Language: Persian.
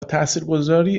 تاثیرگذاری